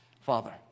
Father